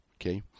Okay